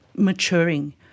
maturing